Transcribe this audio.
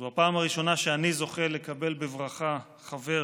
זו הפעם הראשונה שאני זוכה לקבל בברכה חבר